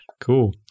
Cool